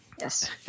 Yes